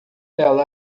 ela